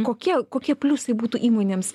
kokie kokie pliusai būtų įmonėms